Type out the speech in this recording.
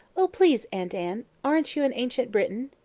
oh, please aunt anne, aren't you an ancient briton?